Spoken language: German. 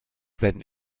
werden